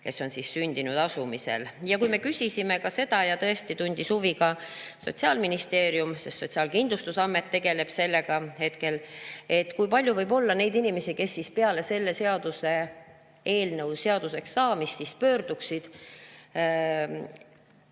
kes on sündinud asumisel, 2064. Kui me küsisime ka seda – ja tõesti tundis huvi ka Sotsiaalministeerium, sest Sotsiaalkindlustusamet tegeleb sellega hetkel –, kui palju võib olla neid inimesi, kes peale selle seaduseelnõu seaduseks saamist pöörduksid